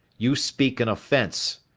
you speak in offense,